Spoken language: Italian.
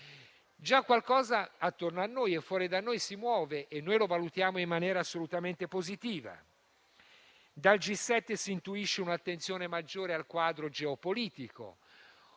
Già qualcosa, attorno a noi e fuori da noi, si muove e noi lo valutiamo in maniera assolutamente positiva. Dal G7 si intuisce un'attenzione maggiore al quadro geopolitico.